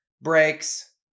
breaks